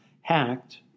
hacked